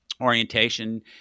orientation